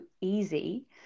easy